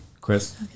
Chris